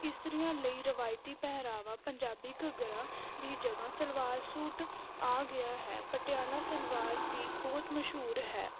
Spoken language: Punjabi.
ਇਸਤਰੀਆਂ ਲਈ ਰਵਾਇਤੀ ਪਹਿਰਾਵਾ ਪੰਜਾਬੀ ਘੱਗਰਾ ਦੀ ਜਗ੍ਹਾ ਸਲਵਾਰ ਸੂਟ ਆ ਗਿਆ ਹੈ ਪਟਿਆਲਾ ਸਲਵਾਰ ਵੀ ਬਹੁਤ ਮਸ਼ਹੂਰ ਹੈ